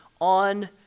on